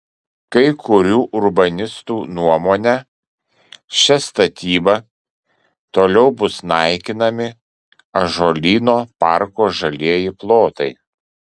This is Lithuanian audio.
kai kurių urbanistų nuomone šia statyba toliau bus naikinami ąžuolyno parko žalieji plotai